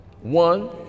one